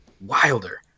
wilder